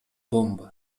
бомба